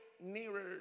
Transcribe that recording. nearer